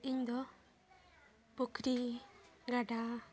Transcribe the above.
ᱤᱧᱫᱚ ᱯᱩᱠᱷᱨᱤ ᱜᱟᱰᱟ